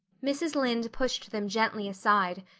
mrs. lynde pushed them gently aside,